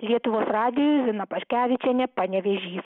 lietuvos radijui zina paškevičienė panevėžys